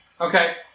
Okay